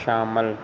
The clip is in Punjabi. ਸ਼ਾਮਿਲ